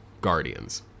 Guardians